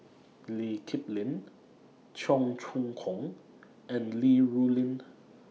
Lee Kip Lin Cheong Choong Kong and Li Rulin